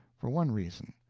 for one reason,